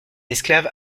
esclave